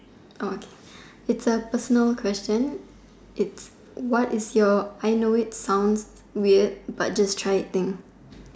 Oh okay it's a personal question it's what is your I know it sounds weird but just try it thing